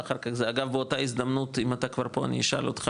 ואחר כך זה אגב באותו הזדמנות אם אתה כבר פה אני אשאל אותך.